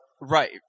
Right